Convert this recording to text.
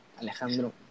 Alejandro